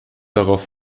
darauf